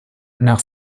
nach